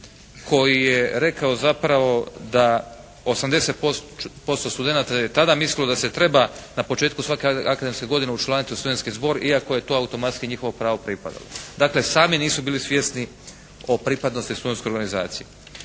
koji je rekao zapravo da 80% studenata je tada mislilo da se treba na početku svake akademske godine učlaniti u studentski zbor iako je to automatski njihovo pravo pripadalo. Dakle sami nisu bili svjesni o pripadnosti studentskoj organizaciji.